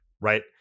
right